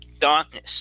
Darkness